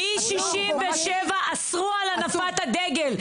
מ-1967 אסרו על הנפת הדגל.